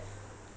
இருக்கும்:irukum